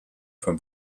from